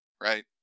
right